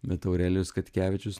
bet aurelijus katkevičius